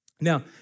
Now